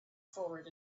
forward